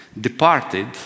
departed